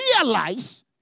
realize